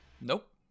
Nope